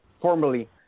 formerly